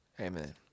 amen